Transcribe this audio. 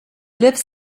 lives